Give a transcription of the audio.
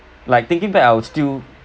like thinking back I would still